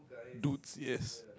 dudes yes